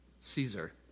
Caesar